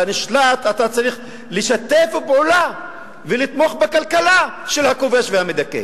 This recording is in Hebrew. לנשלט: אתה צריך לשתף פעולה ולתמוך בכלכלה של הכובש והמדכא,